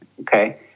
Okay